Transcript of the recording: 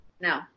no